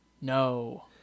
No